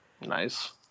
Nice